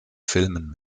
filmen